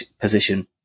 position